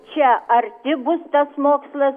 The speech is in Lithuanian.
čia arti bus tas mokslas